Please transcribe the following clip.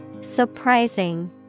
Surprising